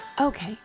Okay